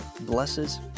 blesses